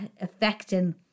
affecting